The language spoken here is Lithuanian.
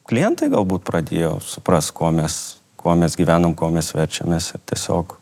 klientai galbūt pradėjo suprast kuo mes kuo mes gyvenam kuo mes verčiamės ir tiesiog